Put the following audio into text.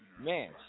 man